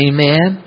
Amen